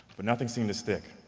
but nothing seemed to stick.